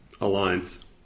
alliance